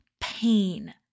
pain